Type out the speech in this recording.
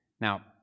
Now